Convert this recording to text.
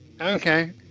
Okay